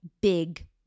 big